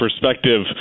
perspective